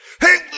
Hey